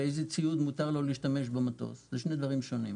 באיזה ציוד מותר לו להשתמש במטוס - אלו שני דברים שונים.